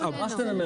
לא מולנו.